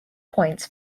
points